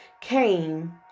came